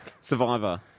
Survivor